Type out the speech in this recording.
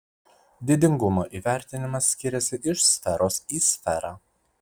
didingumo įvertinimas skiriasi iš sferos į sferą